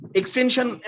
extension